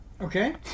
Okay